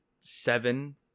seven